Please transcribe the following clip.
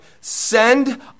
send